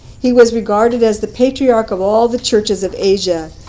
he was regarded as the patriarch of all the churches of asia,